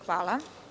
Hvala.